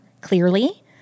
clearly